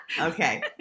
okay